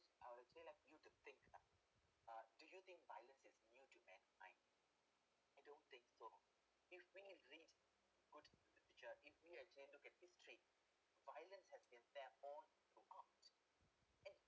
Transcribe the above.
I would actually like you think ah uh do you think violence is new to man kind I don't think so if we read good literature if we actually look at this trade violence has been there all throughout and and